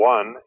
One